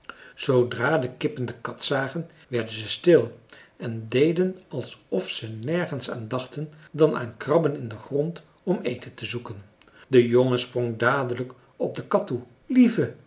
zoodra de kippen de kat zagen werden ze stil en deden alsof ze nergens aan dachten dan aan krabben in den grond om eten te zoeken de jongen sprong dadelijk op de kat toe lieve